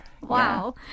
Wow